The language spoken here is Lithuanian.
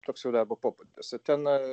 toks jau darbo pobūdis ir ten